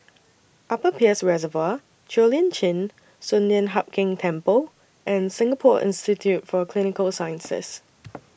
Upper Peirce Reservoir Cheo Lim Chin Sun Lian Hup Keng Temple and Singapore Institute For Clinical Sciences